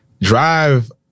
Drive